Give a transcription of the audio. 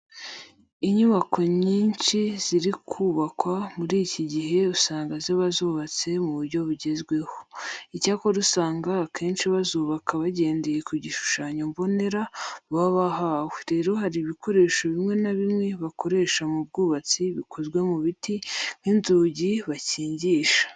Inyubako nyinshi ziri kubakwa muri iki gihe usanga ziba zubatse mu buryo bugezweho. Icyakora usanga akenshi bazubaka bagendeye ku gishushanyo mbonera baba bahawe. Rero hari ibikoresho bimwe na bimwe bakoresha mu bwubatsi bikozwe mu biti nk'inzugi bakingisha.